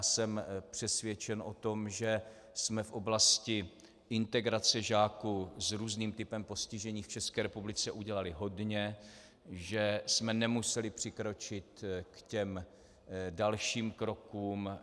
Jsem přesvědčen o tom, že jsme v oblasti integrace žáků s různým typem postižení v České republice udělali hodně, že jsme nemuseli přikročit k dalším krokům.